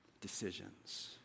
decisions